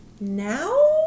now